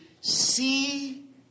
see